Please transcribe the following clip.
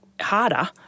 harder